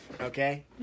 Okay